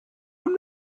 him